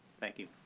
thank you.